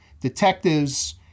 detectives